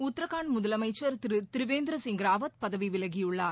உத்தரகாண்ட் முதலமைச்சர் திரு திரிவேந்திர சிங் ராவத் பதவி விலகியுள்ளார்